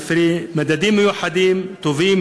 לפי מדדים מיוחדים טובים,